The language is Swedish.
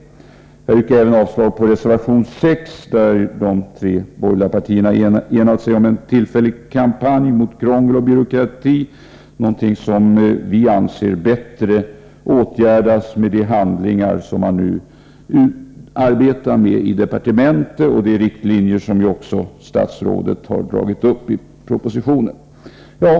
Vidare yrkar jag avslag på reservation 6, där de tre borgerliga partierna har enat sig om en tillfällig kampanj mot krångel och byråkrati, något som vi anser bättre åtgärdas med de handlingar som man nu arbetar med i departementet och de riktlinjer som statsrådet har dragit upp i propositionen.